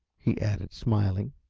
he added, smiling.